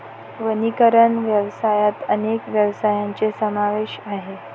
वनीकरण व्यवसायात अनेक व्यवसायांचा समावेश आहे